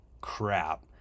crap